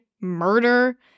murder